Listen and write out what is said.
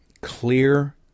clear